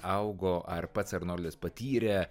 augo ar pats arnoldas patyrė